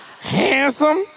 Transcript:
handsome